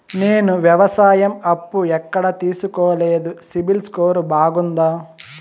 నేను వ్యవసాయం అప్పు ఎక్కడ తీసుకోలేదు, సిబిల్ స్కోరు బాగుందా?